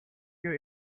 your